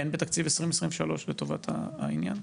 אין בתקציב 2023 לטובת העניין?